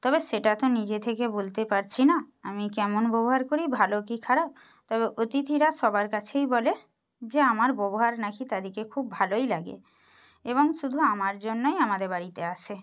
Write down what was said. তবে সেটা তো নিজে থেকে বলতে পারছি না আমি কেমন ব্যবহার করি ভালো কী খারাপ তবে অতিথিরা সবার কাছেই বলে যে আমার ব্যবহার নাকি তাদেরকে খুব ভালোই লাগে এবং শুধু আমার জন্যই আমাদের বাড়িতে আসে